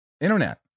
internet